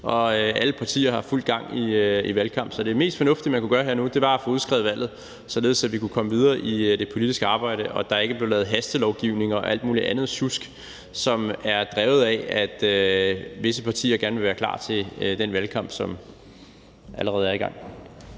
og alle partier har fuld gang i valgkamp. Så det mest fornuftige, man kunne gøre her og nu, var at få udskrevet valget, således at vi kunne komme videre i det politiske arbejde og der ikke bliver lavet hastelovgivning og alt muligt andet sjusk, som er drevet af, at visse partier gerne vil være klar til den valgkamp, som allerede er i gang.